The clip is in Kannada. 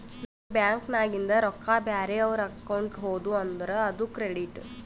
ನಮ್ ಬ್ಯಾಂಕ್ ನಾಗಿಂದ್ ರೊಕ್ಕಾ ಬ್ಯಾರೆ ಅವ್ರ ಅಕೌಂಟ್ಗ ಹೋದು ಅಂದುರ್ ಅದು ಕ್ರೆಡಿಟ್